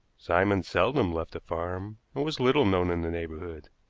simon seldom left the farm, and was little known in the neighborhood.